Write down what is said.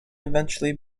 eventually